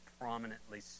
prominently